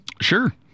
Sure